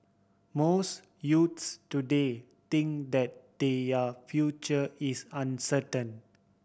most youths today think that their future is uncertain